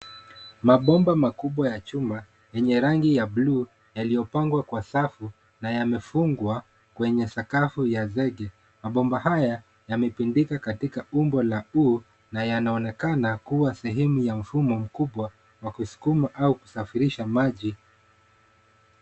Mabomba makubwa ya chuma yenye rangi ya bluu yaliyopangwa kwa safu na yamefungwa kwenye sakafu ya zege. Mabomba haya yamepindika katika umbo la U na yanaonekana kuwa sehemu ya mfumo mkubwa wa kusukuma au kusafirisha maji.